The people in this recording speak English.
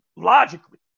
Logically